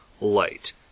light